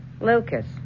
Lucas